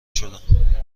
شدم